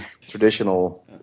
traditional